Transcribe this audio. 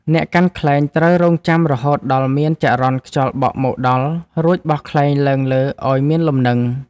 អ្នកកាន់ខ្លែងត្រូវរង់ចាំរហូតដល់មានចរន្តខ្យល់បក់មកដល់ រួចបោះខ្លែងឡើងលើឱ្យមានលំនឹង។